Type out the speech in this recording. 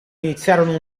iniziarono